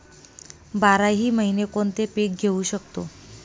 बाराही महिने कोणते पीक घेवू शकतो?